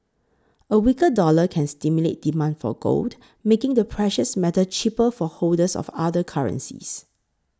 a weaker dollar can stimulate demand for gold making the precious metal cheaper for holders of other currencies